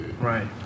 Right